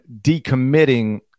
decommitting